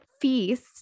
feast